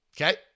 Okay